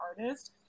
artist